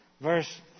verse